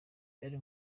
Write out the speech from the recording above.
byari